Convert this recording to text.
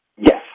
yes